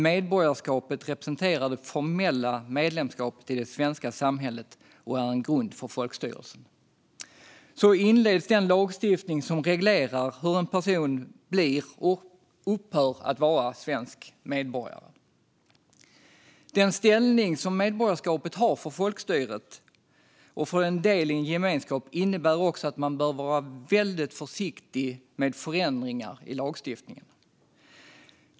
Medborgarskapet representerar det formella medlemskapet i det svenska samhället och är en grund för folkstyrelsen. Så inleds den lagstiftning som reglerar hur en person blir och upphör att vara svensk medborgare. Den ställning som medborgarskapet har för folkstyret och för en del i en gemenskap innebär också att man bör vara försiktig med förändringar i lagstiftningen.